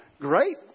Great